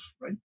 right